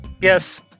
yes